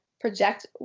Project